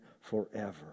forever